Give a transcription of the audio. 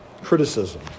Criticism